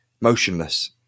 motionless